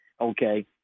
Okay